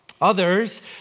Others